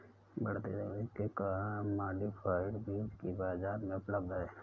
बढ़ती तकनीक के कारण मॉडिफाइड बीज भी बाजार में उपलब्ध है